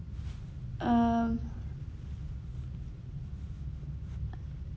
um